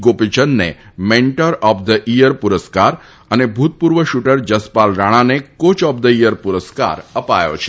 ગોપીચંદને mentor of the year પુરસ્કાર અને ભુતપૂર્વ શૂટર જસપાલ રાણાને કોચ ઓફ ધ ઈયર પુરસ્કાર અપાયો છ